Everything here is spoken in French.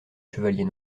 chevalier